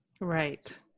Right